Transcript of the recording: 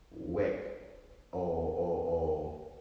whack or or or